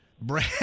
Brad